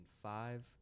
five